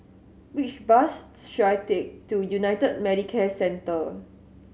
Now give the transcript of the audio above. which bus should I take to United Medicare Centre